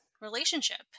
relationship